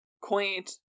quaint